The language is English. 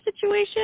situation